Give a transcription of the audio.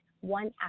one